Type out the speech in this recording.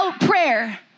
prayer